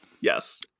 yes